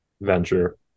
venture